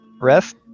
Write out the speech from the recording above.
rest